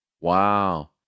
Wow